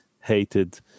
hated